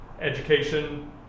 Education